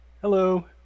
hello